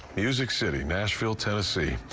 music city, nashville, tennessee.